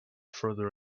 further